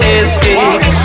escape